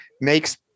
makes